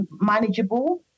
manageable